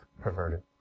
perverted